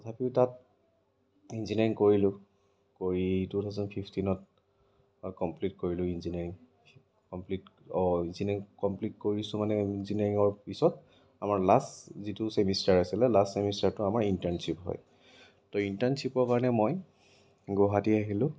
তথাপিও তাত ইঞ্জিনীয়াৰিং কৰিলোঁ কৰি টু থাউজেণ্ড ফীফটীনত কমপ্লীট কৰিলোঁ ইঞ্জিনীয়াৰিং কমপ্লীট ইঞ্জিনীয়াৰিং কমপ্লীট কৰিছোঁ মানে ই়্জিনীয়াৰিঙৰ পিছত আমাৰ লাষ্ট যিটো ছেমিষ্টাৰ আছিলে লাষ্ট চেমিষ্টাৰত আমাৰ ইণ্টাৰ্ণশ্বীপ হয় তৌ ইণ্টাৰ্ণশ্বীপৰ কাৰণে মই গুৱাহাটী আহিলো